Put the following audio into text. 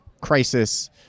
crisis